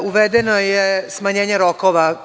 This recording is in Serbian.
Uvedeno je smanjenje rokova.